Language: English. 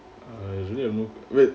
uh is it you know wait